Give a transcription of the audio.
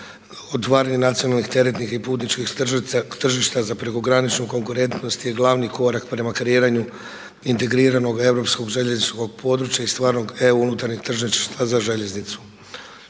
otvaranje nacionalnih, teretnih i putničkih tržišta za prekograničnu konkurentnost je glavni korak prema kreiranju integriranog europskog željezničkog područja i stvarnog EU unutarnjeg tržišta za željeznicu.